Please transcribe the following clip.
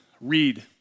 read